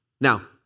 Now